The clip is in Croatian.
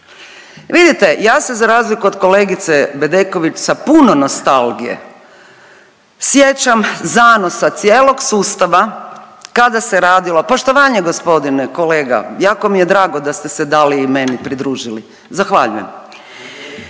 Vidite ja se za razlike od kolegice Bedeković sa puno nostalgije sjećam zanosa cijelog sustava kada se radila, poštovanje gospodine kolega jako mi je drago da ste se Daliji i meni pridružili, zahvaljujem.